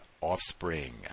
offspring